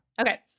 Okay